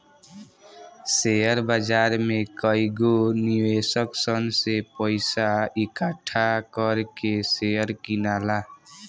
share बाजार में कएगो निवेशक सन से पइसा इकठ्ठा कर के शेयर किनला